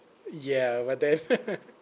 ya but then